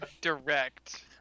direct